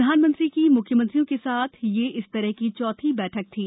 प्रधानमंत्री की मुख्यमंत्रियों के साथ यह इस तरह की चौथी बैठक थी